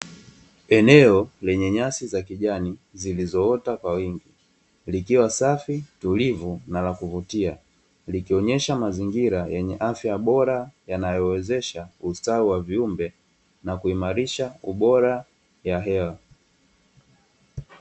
Eneo lenye nyasi za kijani zilizoota kwa wingi, likiwa safi, tulivu, na la kuvutia. Likionyesha mazingira yenye afya bora yanayowezesha ustawi wa viumbe na kuimarisha ubora wa hewa.